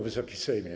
Wysoki Sejmie!